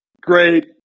great